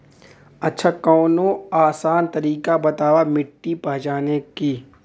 अच्छा कवनो आसान तरीका बतावा मिट्टी पहचाने की?